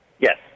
yes